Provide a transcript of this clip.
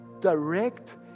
direct